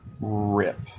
rip